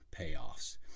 payoffs